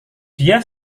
dia